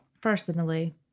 personally